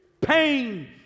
pain